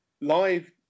live